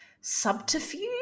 subterfuge